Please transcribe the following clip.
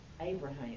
Abraham